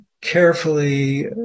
carefully